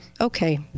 okay